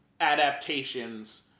adaptations